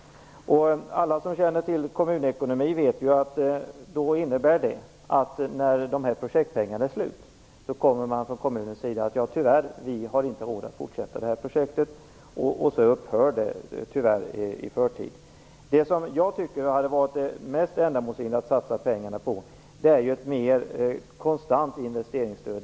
Alla som känner till kommunekonomi vet ju att det innebär att projektet upphör i förtid när projektpengarna är slut. Då kommer man från kommunens sida att säga: Tyvärr, vi har inte råd att fortsätta det här projektet. Jag tycker att det hade varit mer ändamålsenligt att satsa pengarna på ett mer konstant investeringsstöd.